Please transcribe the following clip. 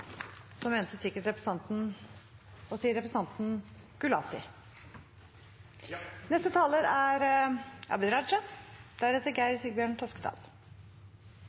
Så mente sikkert representanten Eide å si representanten Gulati.